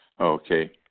Okay